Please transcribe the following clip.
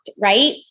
right